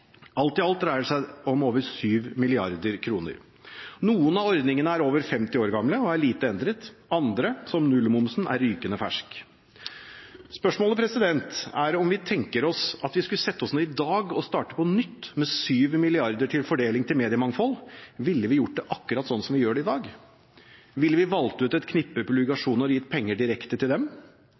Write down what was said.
Alt i alt dreier det seg om over 7 mrd. kr. Noen av ordningene er over 50 år gamle og er lite endret. Andre, som nullmomsen, er rykende fersk. Spørsmålet er: Om vi tenker oss at vi skulle sette oss ned i dag og starte på nytt med 7 mrd. kr til fordeling til mediemangfold – ville vi gjort det akkurat slik vi gjør det i dag? Ville vi valgt ut et knippe publikasjoner og gitt penger direkte til dem?